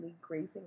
grazing